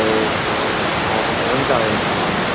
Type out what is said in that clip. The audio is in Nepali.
ए अच्छा हुन्छ हुन्छ हुन्छ